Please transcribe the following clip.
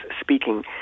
speaking